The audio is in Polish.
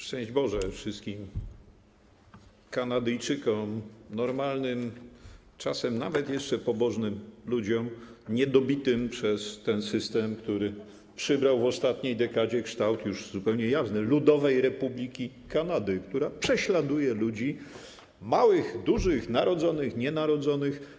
Szczęść Boże wszystkim Kanadyjczykom normalnym, czasem nawet jeszcze pobożnym ludziom, niedobitym przez ten system, który przybrał w ostatniej dekadzie kształt już zupełnie jawny Ludowej Republiki Kanady, która prześladuje ludzi - małych, dużych, narodzonych, nienarodzonych.